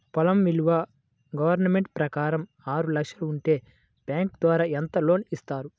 పొలం విలువ గవర్నమెంట్ ప్రకారం ఆరు లక్షలు ఉంటే బ్యాంకు ద్వారా ఎంత లోన్ ఇస్తారు?